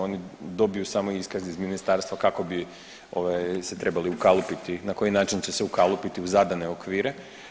Oni dobiju samo iskaz iz ministarstva kako bi se trebali ukalupiti, na koji način će se ukalupiti u zadane okvire.